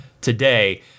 today